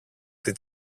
την